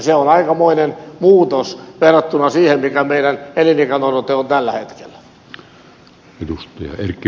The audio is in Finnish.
se on aikamoinen muutos verrattuna siihen mikä meidän elinikäodotteemme on tällä hetkellä